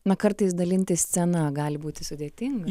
na kartais dalintis scena gali būti sudėtinga